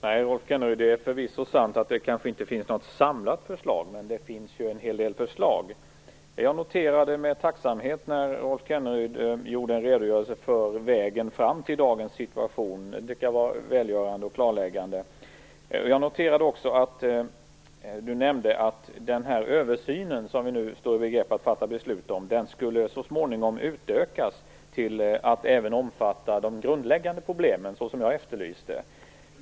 Fru talman! Det är förvisso sant att det kanske inte finns något samlat förslag, men det finns en hel del förslag. Jag noterade med tacksamhet när Rolf Kenneryd gjorde en redogörelse för vägen fram till dagens situation. Det var välgörande och klarläggande. Jag noterade också att han nämnde att den översyn som vi nu står i begrepp att fatta beslut om så småningom skulle utökas till att även omfatta grundläggande problem, vilket jag efterlyste.